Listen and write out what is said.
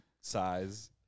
size